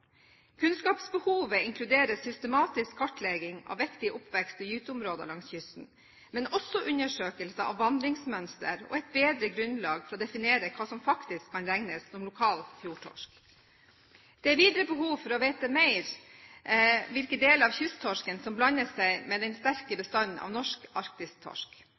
Kunnskapsbehovet inkluderer systematisk kartlegging av viktige oppvekst- og gyteområder langs kysten, men også undersøkelser av vandringsmønster gir et bedre grunnlag for å definere hva som faktisk kan regnes som lokal fjordtorsk. Det er videre behov for å vite hvilke deler av kysttorsken som blander seg med den sterke bestanden av norsk arktisk torsk.